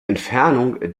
entfernung